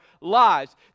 lives